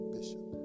Bishop